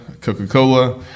Coca-Cola